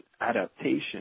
adaptation